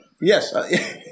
yes